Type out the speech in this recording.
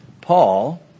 Paul